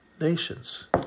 nations